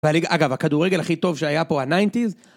אגב, הכדורגל הכי טוב שהיה פה ה-90s...